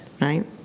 right